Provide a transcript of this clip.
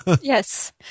yes